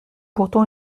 pourtant